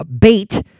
bait